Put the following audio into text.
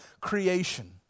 creation